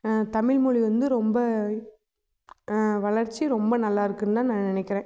தமிழ்மொழி வந்து ரொம்ப வளர்ச்சி ரொம்ப நல்லா இருக்குதுன்னு தான் நான் நினைக்கிறேன்